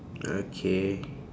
okay